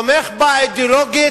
תומך בה אידיאולוגית,